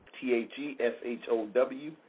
T-H-E-S-H-O-W